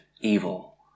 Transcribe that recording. evil